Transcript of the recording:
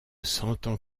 sentant